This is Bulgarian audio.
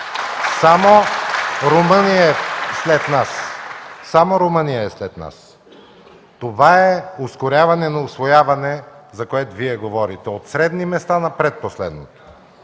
Само Румъния е след нас. Това е ускоряване на усвояването, за което Вие говорите – от средни места, на предпоследните.